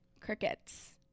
crickets